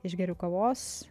išgeriu kavos